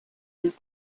and